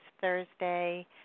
thursday